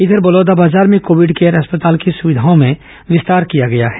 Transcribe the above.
इधर बलौदाबाजार में COVID care अस्पताल की सुविधाओं में विस्तार किया गया है